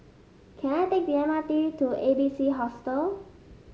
can I take the M R T to A B C Hostel